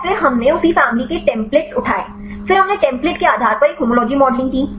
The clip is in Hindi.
तो फिर हमने उसी फैमिली के टेम्पलेट्स उठाए फिर हमने टेम्प्लेट के आधार पर एक होमोलॉजी मॉडलिंग की